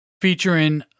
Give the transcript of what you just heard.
featuring